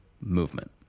movement